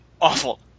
awful